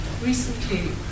recently